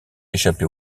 échapper